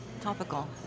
topical